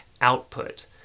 output